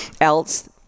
else